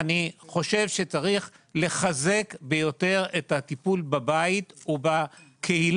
לכן אני חושב שצריך לחזק ביותר את הטיפול בבית ובקהילה.